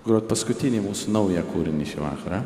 grot paskutinį mūsų naują kūrinį šį vakarą